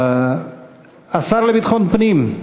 השר לביטחון פנים,